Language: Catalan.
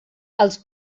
els